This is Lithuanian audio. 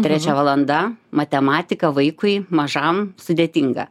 trečia valanda matematika vaikui mažam sudėtinga